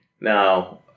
Now